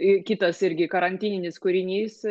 ir kitas irgi karantininis kūrinys